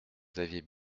xavier